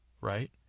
Right